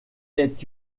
est